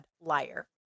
liar